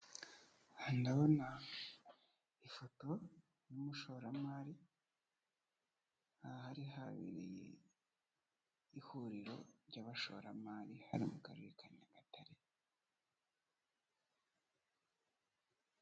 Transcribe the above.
Aha ndabona ifoto y'umushoramari, aha habereye ihuriro ry'abashoramari, hari mu karere ka Nyagatare.